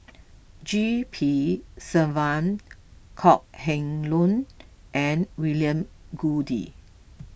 G P Selvam Kok Heng Leun and William Goode